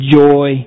joy